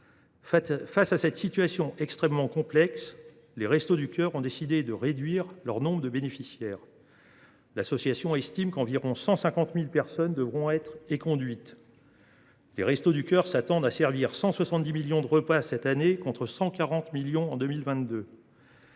Face à cette situation extrêmement complexe, elle a décidé de réduire le nombre de ses bénéficiaires. Selon ses estimations, environ 150 000 personnes devront être éconduites. Les Restos du cœur s’attendent à servir 170 millions de repas cette année, contre 140 millions en 2022.